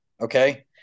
okay